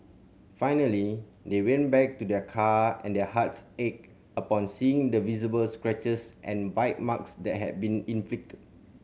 finally they went back to their car and their hearts ached upon seeing the visible scratches and bite marks that had been inflicted